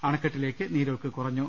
അണക്കെട്ടിലേക്ക് നീരൊഴുക്കു കുറഞ്ഞു